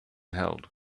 held